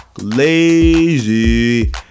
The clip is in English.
Lazy